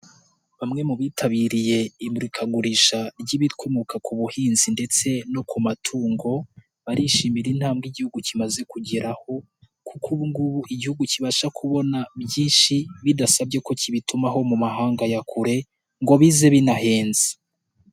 Bamwe mu bitabiriye imurikagurisha ry'ibikomoka ku buhinzi ndetse no ku matungo barishimira intambwe igihugu kimaze kugeraho kuko ubu ngubu igihugu kibasha kubona byinshi bidasabye ko kibitumaho mu mahanga ya kure ngo bize binahenze.